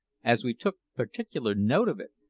as we took particular note of it,